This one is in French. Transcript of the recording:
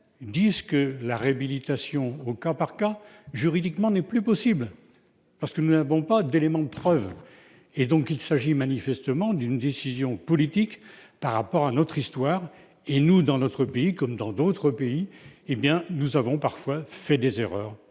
disent que la réhabilitation au cas par cas juridiquement n'est plus possible. Parce que nous n'avons pas d'éléments de preuve. Et donc il s'agit manifestement d'une décision politique par rapport à notre histoire et nous dans notre pays comme dans d'autres pays, hé bien nous avons parfois fait des erreurs